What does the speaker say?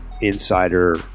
Insider